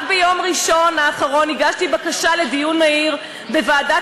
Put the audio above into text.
רק ביום ראשון האחרון הגשתי בקשה לדיון מהיר בוועדת